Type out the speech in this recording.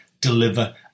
deliver